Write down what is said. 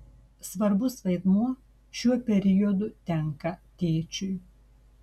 svarbus vaidmuo šiuo periodu tenka tėčiui